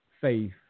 faith